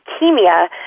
leukemia